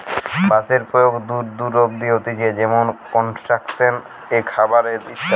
বাঁশের প্রয়োগ দূর দূর অব্দি হতিছে যেমনি কনস্ট্রাকশন এ, খাবার এ ইত্যাদি